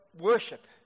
worship